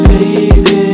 Baby